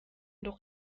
doch